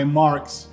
marks